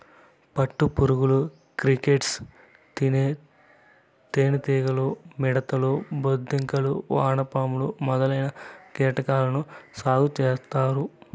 పట్టు పురుగులు, క్రికేట్స్, తేనె టీగలు, మిడుతలు, బొద్దింకలు, వానపాములు మొదలైన కీటకాలను సాగు చేత్తారు